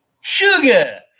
Sugar